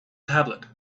tablet